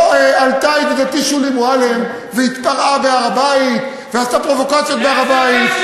לא עלתה ידידתי שולי מועלם והתפרעה בהר-הבית ועשתה פרובוקציות בהר-הבית.